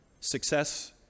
Success